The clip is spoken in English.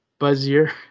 Buzzier